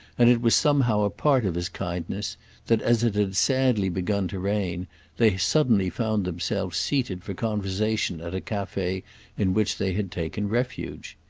and it was somehow a part of his kindness that as it had sadly begun to rain they suddenly found themselves seated for conversation at a cafe in which they had taken refuge.